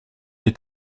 est